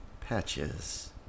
patches